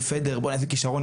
יחד יש כ-600 קבוצות,